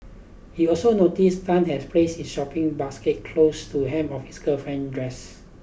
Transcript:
he also noticed Tan had placed his shopping basket close to hem of his girlfriend's dress